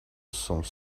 some